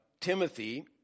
Timothy